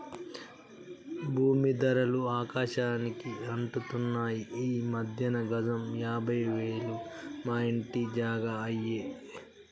భూమీ ధరలు ఆకాశానికి అంటుతున్నాయి ఈ మధ్యన గజం యాభై వేలు మా ఇంటి జాగా అయ్యే